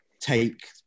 take